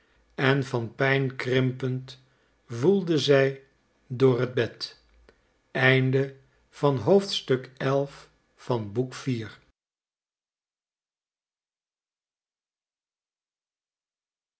en van pijn krimpend woelde zij door het bed